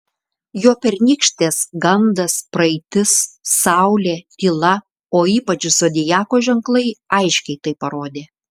jo pernykštės gandas praeitis saulė tyla o ypač zodiako ženklai aiškiai tai parodė